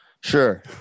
Sure